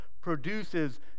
produces